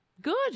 Good